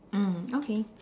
mm okay